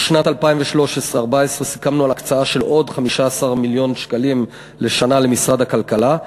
ל-2013 2014 סיכמנו על הקצאה של עוד 15 מיליון שקלים לשנה למשרד הכלכלה,